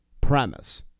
premise